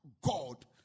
God